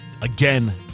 again